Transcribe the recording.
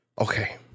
Okay